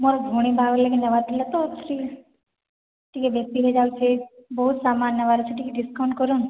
ମୋ'ର୍ ଭଉଣୀ ବାହାଘର ଲାଗି ନବାର ଥିଲାତ ଟିକେ ଟିକେ ବେଶି ହେଇଯାଉଛେ ବହୁତ ସାମାନ୍ ନେବାର୍ ଅଛେ ଟିକେ ଡ଼ିସକାଉଣ୍ଟ୍ କରୁନ୍